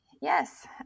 Yes